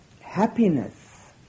happiness